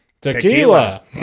Tequila